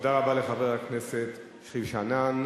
תודה רבה לחבר הכנסת שכיב שנאן.